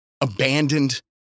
abandoned